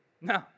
No